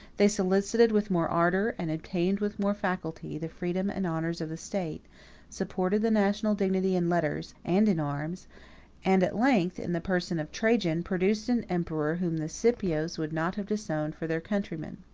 they solicited with more ardor, and obtained with more facility, the freedom and honors of the state supported the national dignity in letters and in arms and at length, in the person of trajan, produced an emperor whom the scipios would not have disowned for their countryman.